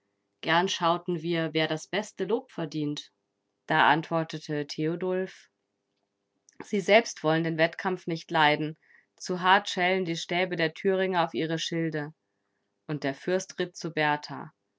gern schauten wir wer das beste lob verdient da antwortete theodulf sie selbst wollen den wettkampf nicht leiden zu hart schellen die stäbe der thüringe auf ihre schilde und der fürst ritt zu berthar